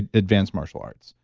and advanced martial arts.